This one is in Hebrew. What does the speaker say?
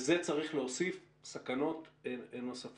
לזה צריך להוסיף סכנות נוספות,